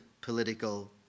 political